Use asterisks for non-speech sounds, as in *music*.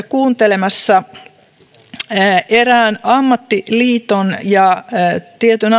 *unintelligible* kuuntelemassa erään ammattiliiton ja tietyn *unintelligible*